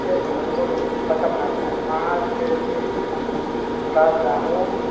एक मिनट पाँच K G gulab जामुन